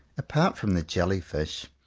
apart from the jelly-fish,